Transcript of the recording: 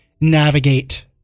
navigate